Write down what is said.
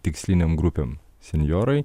tikslinėm grupėm senjorai